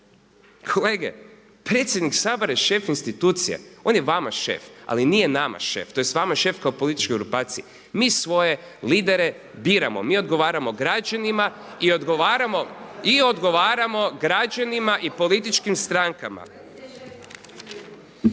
Kolege, predsjednik Sabora je šef institucije, on je vama šef, ali nije nama šef, tj. vama je šef kao političkoj grupaciji. Mi svoje lidere biramo, mi odgovaramo građanima i odgovaramo političkim strankama.